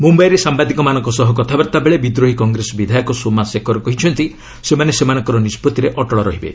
ମୁମ୍ବାଇରେ ସାମ୍ବାଦିକମାନଙ୍କ ସହ କଥାବାର୍ତ୍ତାବେଳେ ବିଦ୍ରୋହୀ କଂଗ୍ରେସ ବିଧାୟକ ସୋମା ଶେକର କହିଛନ୍ତି ସେମାନେ ସେମାନଙ୍କର ନିଷ୍ପଭିରେ ଅଟଳ ରହିବେ